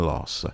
Loss